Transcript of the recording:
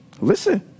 Listen